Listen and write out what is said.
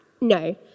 No